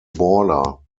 border